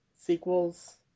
sequels